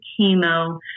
chemo